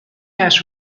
has